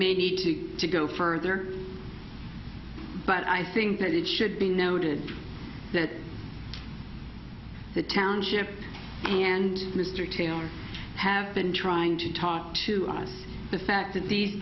may need to go further but i think that it should be noted that the township and mr taylor have been trying to talk to us the fact that the